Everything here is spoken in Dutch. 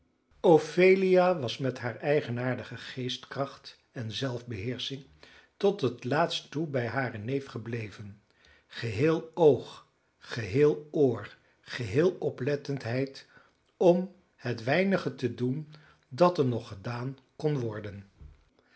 ophelia was met haar eigenaardige geestkracht en zelfbeheersching tot het laatste toe bij haren neef gebleven geheel oog geheel oor geheel oplettendheid om het weinige te doen dat er nog gedaan kon worden